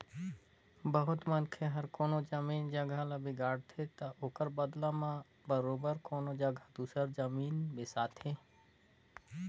बहुत मनखे हर कोनो जमीन जगहा ल बिगाड़थे ता ओकर बलदा में बरोबेर कोनो जगहा दूसर जमीन बेसाथे